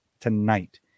Tonight